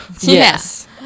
Yes